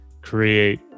create